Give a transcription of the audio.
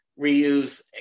reuse